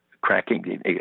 cracking